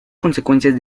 consecuencias